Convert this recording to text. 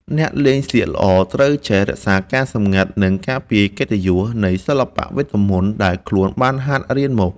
អ្នកលេងសៀកល្អត្រូវចេះរក្សាការសម្ងាត់ និង ការពារកិត្តិយសនៃសិល្បៈវេទមន្តដែលខ្លួនបានហាត់រៀនមក។